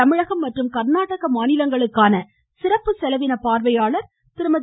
தமிழகம் மற்றும் கர்நாடக மாநிலங்களுக்கான சிறப்பு செலவின பார்வையாளர் திருமதி